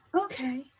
Okay